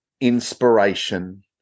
inspiration